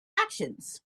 actions